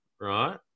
right